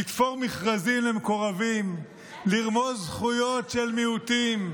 לתפור מכרזים למקורבים, לרמוס זכויות של מיעוטים,